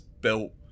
built